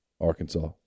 Arkansas